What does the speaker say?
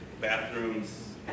bathrooms